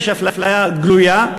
יש אפליה גלויה,